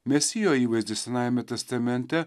mesijo įvaizdis senajame testamente